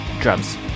drums